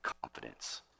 confidence